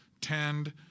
tend